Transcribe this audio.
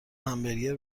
همبرگر